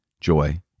joy